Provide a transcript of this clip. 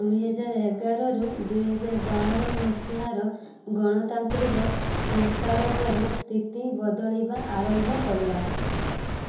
ଦୁଇହାଜର ଏଗାରରୁ ଦୁଇହାଜର ବାର ମସିହାର ଗଣତାନ୍ତ୍ରିକ ସଂସ୍କାର ପରେ ସ୍ଥିତି ବଦଳିବା ଆରମ୍ଭ କଲା